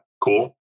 Cool